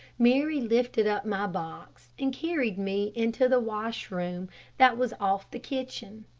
mary lifted up my box, and carried me into the washroom that was off the kitchen.